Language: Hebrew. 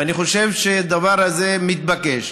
ואני חושב שהדבר הזה מתבקש.